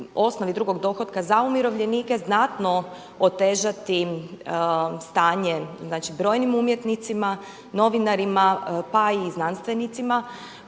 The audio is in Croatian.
osnovi drugog dohotka za umirovljenike znatno otežati stanje znači brojnim umjetnicima, novinarima pa i znanstvenicima